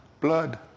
Blood